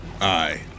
Aye